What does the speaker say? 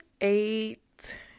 eight